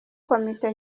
komite